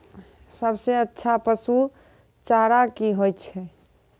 सबसे अच्छा पसु चारा की होय छै?